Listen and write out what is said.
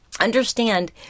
understand